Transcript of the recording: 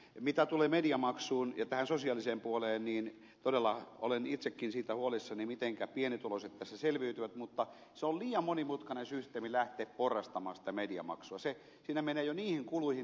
mitä tulee mediamaksuun ja tähän sosiaaliseen puoleen niin todella olen itsekin siitä huolissani mitenkä pienituloiset tässä selviytyvät mutta on liian monimutkainen systeemi lähteä porrastamaan sitä mediamaksua siinä menee jo niihin kuluihin niin paljon rahaa